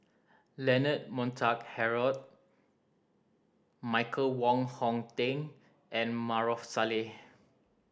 Leonard Montague Harrod Michael Wong Hong Teng and Maarof Salleh